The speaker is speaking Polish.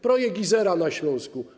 Projekt Izera na Śląsku.